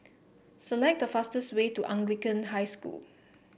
select the fastest way to Anglican High School